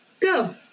Go